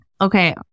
okay